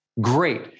great